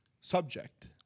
subject